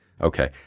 Okay